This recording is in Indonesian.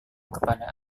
kepada